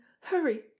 hurry